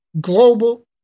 global